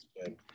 good